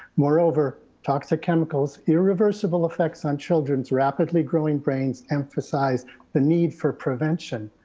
moreover, toxic chemicals, irreversible effects on children's rapidly growing brains, emphasize the need for prevention.